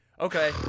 okay